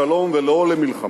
אומר: